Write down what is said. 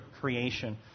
creation